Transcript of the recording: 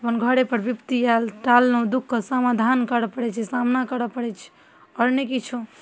अपन घरेपर विपत्ति आएल टाललहुँ दुखके समाधान करऽ पड़ै छै सामना करऽ पड़ै छै आओर नहि किछु